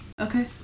okay